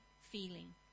feeling